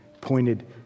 pointed